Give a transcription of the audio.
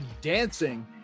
dancing